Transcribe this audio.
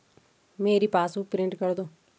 मेरी passbook print कर दो